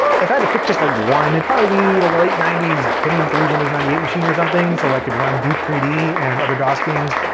if i had to pick just like one, it'd and probably be like a late ninety s pentium three windows ninety eight machine or something so i could run duke three d and other dos games.